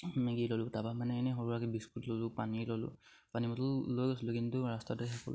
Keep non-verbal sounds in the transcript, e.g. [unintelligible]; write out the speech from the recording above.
Maggi ল'লোঁ তাপা মানে এনেই সৰু সুৰাকে বিস্কুট ল'লোঁ পানী ল'লোঁ পানী বটল লৈ গৈছিলোঁ কিন্তু ৰাস্তাতে [unintelligible]